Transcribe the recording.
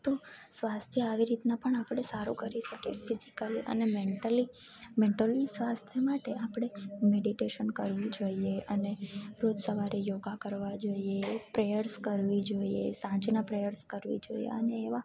તો સ્વાસ્થ્ય આવી રીતના પણ આપણે સારું કરી શકીએ ફિઝિકલ અને મેન્ટલી મેન્ટલી સ્વાસ્થ્ય માટે આપણે મેડિટેશન કરવું જોઈએ અને રોજ સવારે યોગા કરવા જોઈએ પ્રેયર્સ કરવી જોઈએ સાંજના પ્રેયર્સ કરવી જોઈએ અને એવા